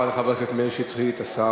מאיר, תציע